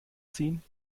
ziehen